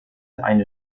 eine